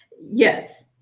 yes